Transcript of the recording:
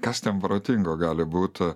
kas ten protingo gali būti